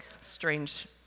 strange